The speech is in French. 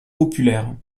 populaire